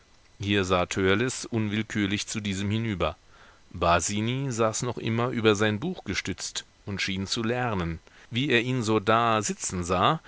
hier sah törleß unwillkürlich zu diesem hinüber basini saß noch immer über sein buch gestützt und schien zu lernen wie er ihn so da sitzen sah